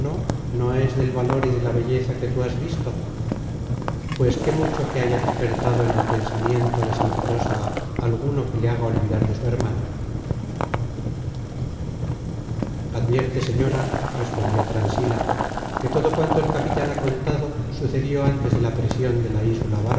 no es del valor y de la belleza que tú has visto pues qué mucho que haya despertado en el pensamiento de sinforosa alguno que le haga olvidar de su hermana content from google book search generated at advierte señora respondió transila que todo cuanto el capitan ha contado sucedió antes de la prision de la insula